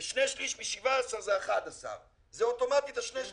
בשני שליש מ-17 זה 11. כלומר, אוטומטית, השני שלי